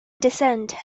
descent